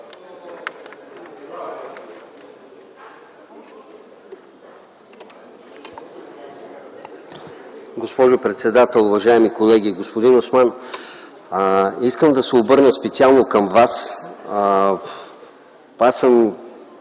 Госпожо председател, уважаеми колеги! Господин Осман, искам да се обърна специално към Вас. Аз съм